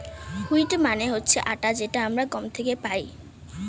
wheat মানে হচ্ছে আটা যেটা আমরা গম থেকে পাই